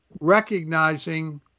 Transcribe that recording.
recognizing